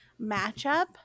matchup